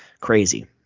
Crazy